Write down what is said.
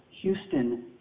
Houston